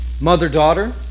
mother-daughter